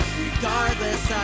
Regardless